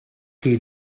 chi